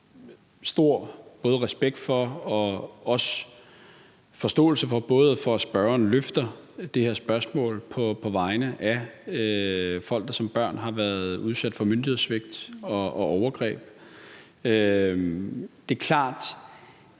stor respekt for og også forståelse for, at spørgeren løfter det her spørgsmål på vegne af folk, der som børn har været udsat for myndighedssvigt og overgreb. Det er klart,